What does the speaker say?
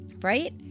Right